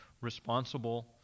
responsible